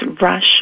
Rush